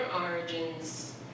origins